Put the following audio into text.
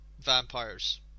vampires